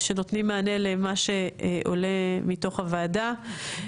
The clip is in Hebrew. שנותנים מענה למה שעולה מתוך הוועדה.